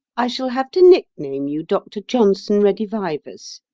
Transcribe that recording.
i shall have to nickname you dr. johnson redivivus.